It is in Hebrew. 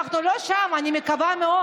אנחנו לא שם, אני מקווה מאוד.